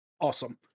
awesome